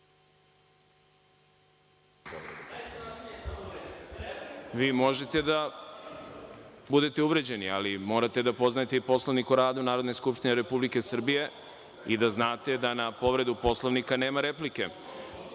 Vi možete da budete uvređeni ali morate da poznajete i Poslovnik o radu Narodne skupštine Republike Srbije i da znate da na povredu Poslovnika nema replike.